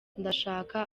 ndashaka